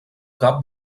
cap